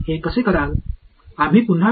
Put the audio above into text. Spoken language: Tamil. இதை நீங்கள் எப்படி செய்வீர்கள்